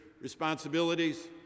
responsibilities